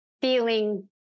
feeling